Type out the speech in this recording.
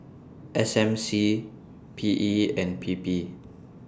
S M C P E and P P